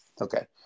Okay